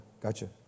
gotcha